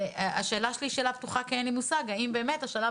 השאלה שלי היא שאלה פתוחה כי אין לי מושג האם באמת השלב